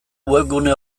webgune